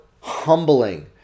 humbling